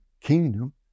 kingdom